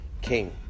king